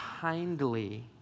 kindly